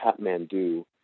Kathmandu